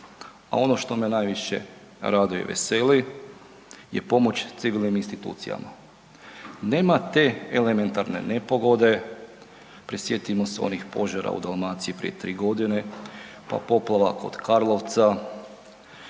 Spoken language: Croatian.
a ono što me najviše raduje i veseli je pomoć civilnim institucijama. Nema te elementarne nepogode, prisjetimo se onih požara u Dalmaciji prije tri godine, pa poplava kod Karlovca,